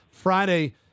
Friday